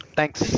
Thanks